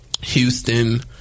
Houston